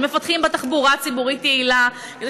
שמפתחים בה תחבורה ציבורית יעילה כדי